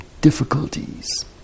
difficulties